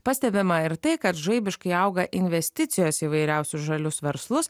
pastebima ir tai kad žaibiškai auga investicijos į įvairiausius žalius verslus